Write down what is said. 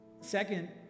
Second